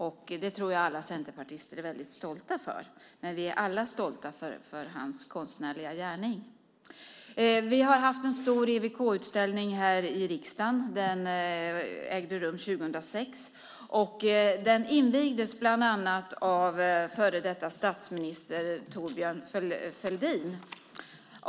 Det tror jag att alla centerpartister är väldigt stolta över, men vi är alla stolta över hans konstnärliga gärning. Vi har haft en stor EWK-utställning här i riksdagen. Den ägde rum 2006, och den invigdes bland annat av före detta statsminister Thorbjörn Fälldin.